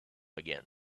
again